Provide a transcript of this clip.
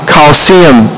Coliseum